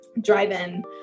drive-in